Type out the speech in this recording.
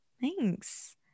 Thanks